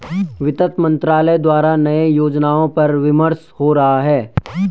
वित्त मंत्रालय द्वारा नए योजनाओं पर विमर्श हो रहा है